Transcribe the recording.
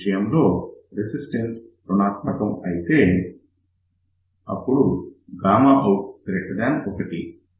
ఈ విషయంలో రెసిస్టన్స్ రుణాత్మకం అయితే అప్పుడు out1